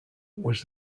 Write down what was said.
was